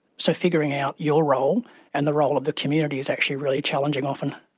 so, figuring out your role and the role of the community is actually really challenging often.